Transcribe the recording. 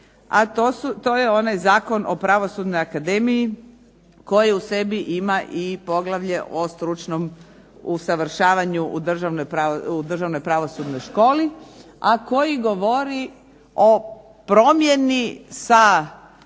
to je onaj Zakon o pravosudnoj akademiji koji u sebi ima poglavlje o stručnom usavršavanju u Državno pravosudnoj školi, a koji govori o promjeni sa